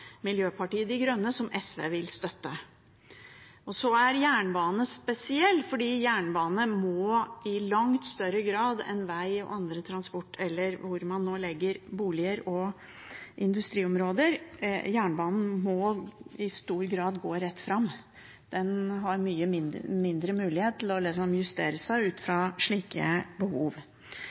Miljøpartiet De Grønne, et forslag som SV vil støtte. Så er jernbanen spesiell, fordi jernbane må i langt større grad enn vei og annen transport – uansett hvor man nå legger boliger og industriområder – i stor grad gå rett fram. Den har mye mindre mulighet til å justere seg ut fra slike behov.